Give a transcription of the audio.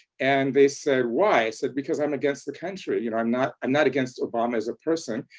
and they said, why? i said, because i'm against the country, you know, i'm not i'm not against obama as a person.